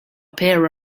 pair